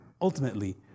ultimately